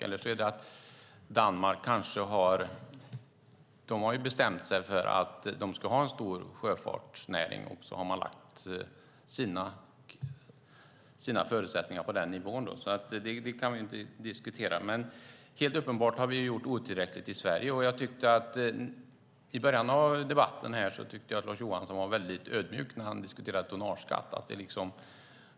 Det kan också vara det att Danmark har bestämt sig för att de ska ha en stor sjöfartsnäring, och så har man lagt sina förutsättningar på den nivån. Det kan vi inte diskutera, men helt uppenbart har vi gjort otillräckligt i Sverige. I början av den här debatten tyckte jag att Lars Johansson var väldigt ödmjuk när han diskuterade tonnageskatt.